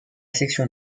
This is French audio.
section